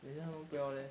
等一下他们不要 leh